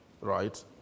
Right